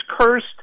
cursed